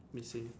missing